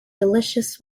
delicious